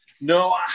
no